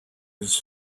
his